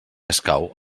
escau